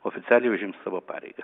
oficialiai užims savo pareigas